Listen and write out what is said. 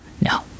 No